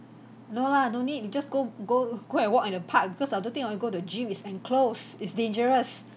no lah no need we just go go go and walk in a park because I don't think I want to go to gym it's enclosed it's dangerous